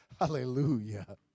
Hallelujah